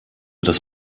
das